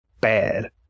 bad